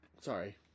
Sorry